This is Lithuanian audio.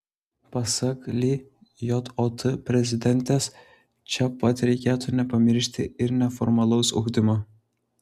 pasak lijot prezidentės čia pat reikėtų nepamiršti ir neformalaus ugdymo